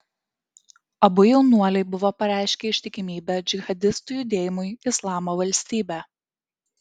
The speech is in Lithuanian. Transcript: abu jaunuoliai buvo pareiškę ištikimybę džihadistų judėjimui islamo valstybė